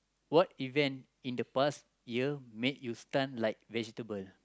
what event in the past year made you stun like vegetable